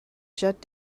shut